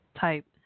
type